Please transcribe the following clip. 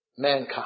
Mankind